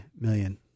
million